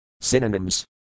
Synonyms